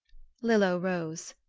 lillo rose,